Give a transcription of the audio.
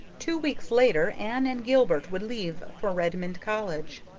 two weeks later anne and gilbert would leave for redmond college.